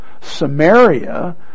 Samaria